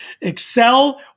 excel